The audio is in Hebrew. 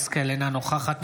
אינו נוכח שרן מרים השכל,